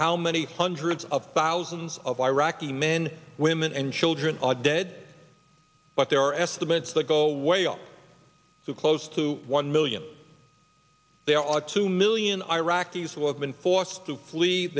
how many hundreds of thousands of iraqi men women and children are dead but there are estimates that go way up too close to one million there are two million iraqis who have been forced to fle